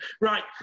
Right